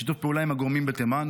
בשיתוף פעולה עם הגורמים בתימן.